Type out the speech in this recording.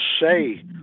say